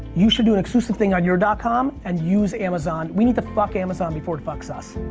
you should do an exclusive thing on your dot com and use amazon. we need to fuck amazon before it fucks us.